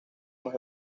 más